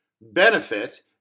benefit